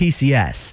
PCS